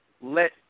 let